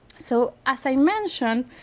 so as i mentioned,